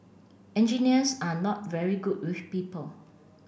engineers are not very good with people